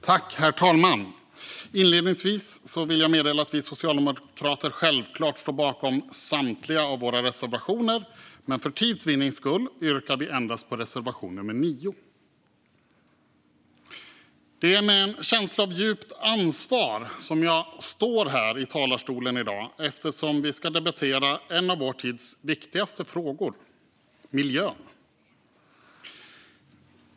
Herr talman! Inledningsvis vill jag meddela att vi socialdemokrater självklart står bakom samtliga av våra reservationer, men för tids vinnande yrkar vi bifall endast till reservation nummer 9. Det är med en känsla av djupt ansvar jag står här i talarstolen i dag eftersom vi ska debattera en av vår tids viktigaste frågor: miljön.